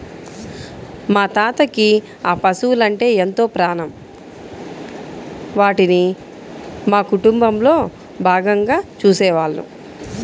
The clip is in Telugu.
మా తాతకి ఆ పశువలంటే ఎంతో ప్రాణం, వాటిని మా కుటుంబంలో భాగంగా చూసేవాళ్ళు